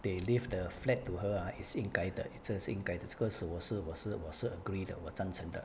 they leave the flat to her ah is 应该的这是应该的这个是我是我是我是 agree 的我赞成的